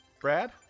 Brad